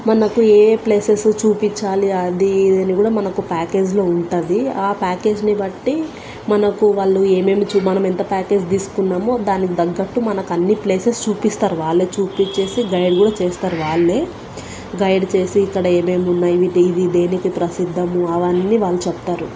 మనకు ఏ ప్లేసెస్ చూపించాలి అది ఇది అని కూడా మనకు ప్యాకేజ్లో ఉంటుంది ఆ ప్యాకేజ్ని బట్టి మనకు వాళ్ళు ఏమేమి మనం ఎంత ప్యాకేజ్ తీసుకున్నామో దానికి తగ్గట్టు మనకు అన్ని ప్లేసెస్ చూపిస్తారు వాళ్ళే చూపించేసి గైడ్ కూడా చేస్తారు వాళ్లే గైడ్ చేసి ఇక్కడ ఏమేమి ఉన్నాయి వీటి ఇది దేనికి ప్రసిద్ధము అవన్నీ వాళ్ళు చెప్తారు